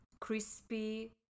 crispy